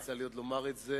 עוד לא יצא לי לומר את זה.